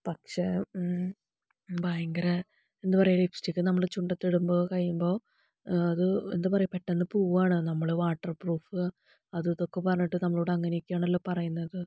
പക്ഷേ ഭയങ്കര എന്താ പറയുക ലിപ്സ്റ്റിക് നമ്മുടെ ചുണ്ടത്ത് ഇടുമ്പോൾ കഴിയുമ്പോൾ അത് എന്താ പറയുക പെട്ടെന്ന് പോകുവാണ് നമ്മൾ വാട്ടർ പ്രൂഫ് അത് ഇതൊക്കെ പറഞ്ഞിട്ട് നമ്മളോട് അങ്ങനെയൊക്കെയാണല്ലോ പറയുന്നത്